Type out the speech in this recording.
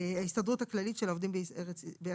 ההסתדרות הכללית של עובדים בא"י,